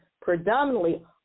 predominantly